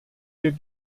wir